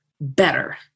better